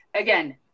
again